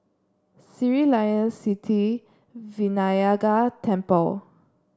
Sri Layan Sithi Vinayagar Temple